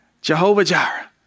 Jehovah-Jireh